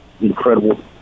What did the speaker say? incredible